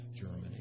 Germany